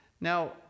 Now